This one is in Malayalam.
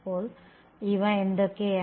അപ്പോൾ ഇവ എന്തൊക്കെയാണ്